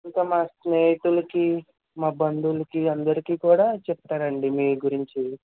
ఇంకా మా స్నేహితులకి మా బంధువులకి అందరికీ కూడా చెప్తానండీ మీ గురించి